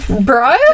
Bro